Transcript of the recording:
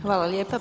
Hvala lijepa.